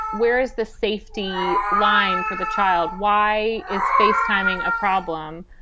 whereas the safety line for the child. why? it's face timing a problem.